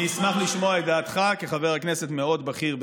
אני אשמח לשמוע את דעתך כחבר כנסת מאוד בכיר בש"ס,